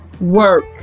work